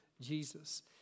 Jesus